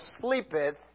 sleepeth